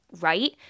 right